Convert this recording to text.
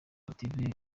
koperative